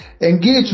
Engage